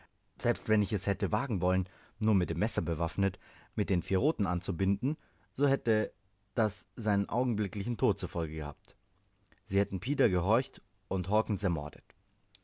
selbst wenn ich es hätte wagen wollen nur mit dem messer bewaffnet mit den vier roten anzubinden so hätte das seinen augenblicklichen tod zur folge gehabt sie hätten pida gehorcht und hawkens ermordet